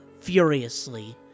furiously